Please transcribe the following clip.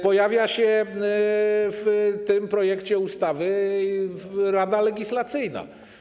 Pojawia się w tym projekcie ustawy Rada Legislacyjna.